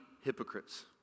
hypocrites